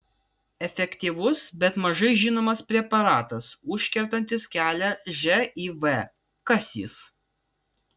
efektyvus bet mažai žinomas preparatas užkertantis kelią živ kas jis